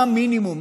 מה המינימום,